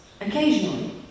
occasionally